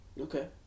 Okay